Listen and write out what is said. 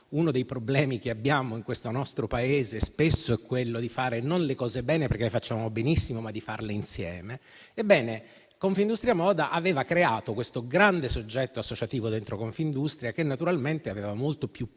uno dei problemi che abbiamo in questo nostro Paese spesso non è quello di fare le cose bene, perché le facciamo benissimo, ma di farle insieme). Ebbene, Confindustria moda aveva creato questo grande soggetto associativo dentro Confindustria, che naturalmente aveva molto più peso